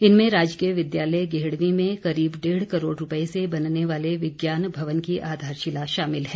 इनमें राजकीय विद्यालय गेहड़वीं में करीब डेढ़ करोड़ रूपए से बनने वाले विज्ञान भवन की आधारशिला शामिल है